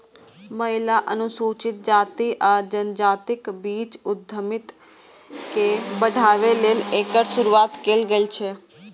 महिला, अनुसूचित जाति आ जनजातिक बीच उद्यमिता के बढ़ाबै लेल एकर शुरुआत कैल गेल छै